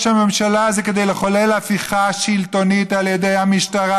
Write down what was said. הממשלה זה כדי לחולל הפיכה שלטונית על ידי המשטרה,